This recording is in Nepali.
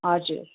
हजुर